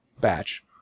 batch